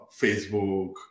facebook